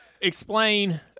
explain